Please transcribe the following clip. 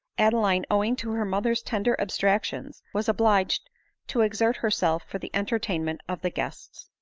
adeline, owing to her mother's tender abstractions, was obliged to exert herself for the entertainment of the guests.